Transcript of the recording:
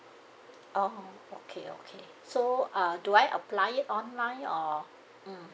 oh okay okay so uh do I apply it online or mm